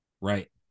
Right